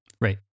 Right